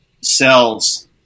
cells